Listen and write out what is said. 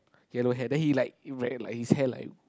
yellow hair then he like very like his hair like